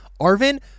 Arvin